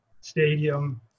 stadium